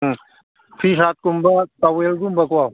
ꯎꯝ ꯇꯤꯁꯥꯔꯠꯀꯨꯝꯕ ꯇꯥꯋꯦꯜꯒꯨꯝꯕꯀꯣ